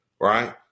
right